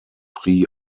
prix